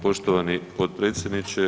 Poštovani potpredsjedniče.